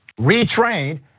retrained